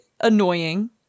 annoying